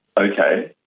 okay,